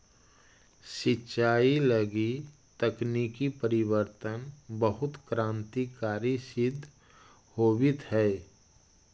सिंचाई लगी तकनीकी परिवर्तन बहुत क्रान्तिकारी सिद्ध होवित हइ